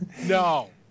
no